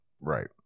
Right